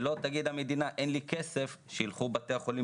שלא תגיד המדינה שאין לה כסף ושילכו בתי החולים